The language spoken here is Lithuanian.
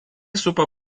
supa